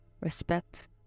respect